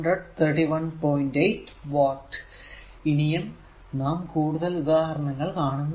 8 watt ഇനിയും നാം കൂടുതൽ ഉദാഹരണങ്ങൾ കാണുന്നതാണ്